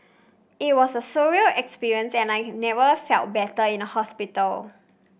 it was a surreal experience and I had never felt better in a hospital